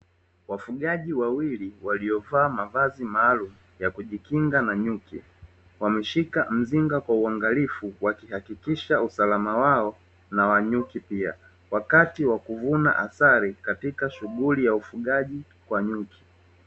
Wafugaji wawili waliovaa mavazi maalumu ya kujikinga na nyuki, wameshika mzinga kwa uangalifu wakihakikisha usalama wao na wa nyuki pia, wakati wa kuvuna asali katika shughuli ya ufugaji wa nyuki.